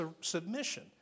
submission